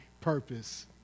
purpose